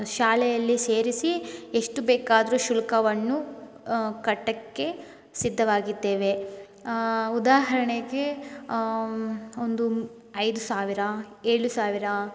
ಶಾಲೆಯಲ್ಲಿ ಸೇರಿಸಿ ಎಷ್ಟು ಬೇಕಾದ್ರೂ ಶುಲ್ಕವನ್ನು ಕಟ್ಟೋಕ್ಕೆ ಸಿದ್ಧವಾಗಿದ್ದೇವೆ ಉದಾಹರಣೆಗೆ ಒಂದು ಐದು ಸಾವಿರ ಏಳು ಸಾವಿರ